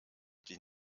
die